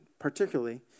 particularly